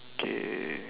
okay